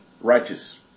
righteous